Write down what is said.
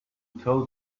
told